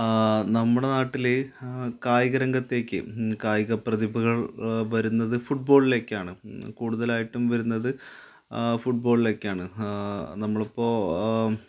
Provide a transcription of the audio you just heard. നമ്മുടെ നാട്ടില് കായിക രംഗത്തേക്ക് കായിക പ്രതിഭകൾ വരുന്നത് ഫുട്ബോളിലേക്കാണ് കൂടുതലായിട്ടും വരുന്നത് ഫുട്ബോളിലേക്കാണ് നമ്മളിപ്പോള്